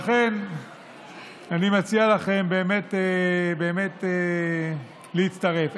לכן אני מציע לכם באמת להצטרף.